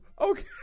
Okay